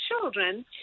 children